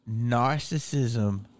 Narcissism